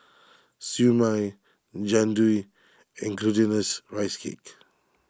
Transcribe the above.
Siew Mai Jian Dui and Glutinous Rice Cake